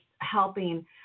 helping